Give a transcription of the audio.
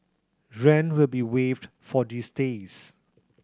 rent will be waived for these days